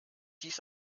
dies